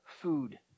food